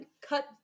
cut